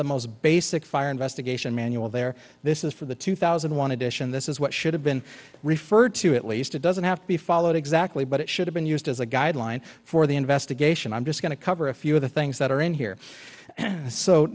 the most basic fire investigation manual there this is for the two thousand want to dish and this is what should have been referred to at least it doesn't have to be followed exactly but it should have been used as a guideline for the investigation i'm just going to cover a few of the things that are in here